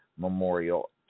Memorial